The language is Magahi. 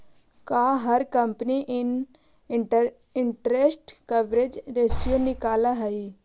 का हर कंपनी इन्टरेस्ट कवरेज रेश्यो निकालअ हई